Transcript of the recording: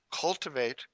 Cultivate